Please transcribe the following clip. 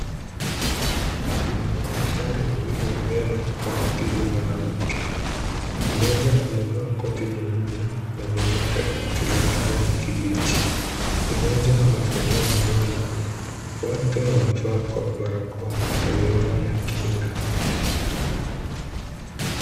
Kuna madaktari wawili wa meno wanatibu mwanamke. Mmoja amevaa koti jeupe na mwenzake koti la kijani kibichi. Mgonjwa amefungua mdomo, wote wamevaa barakoa na miwani ya kinga.